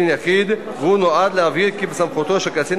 והוא נועד להבהיר כי בסמכותו של קצין